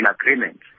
agreement